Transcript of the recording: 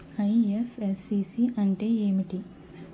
IFSC అంటే ఏమిటి?